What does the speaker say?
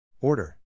Order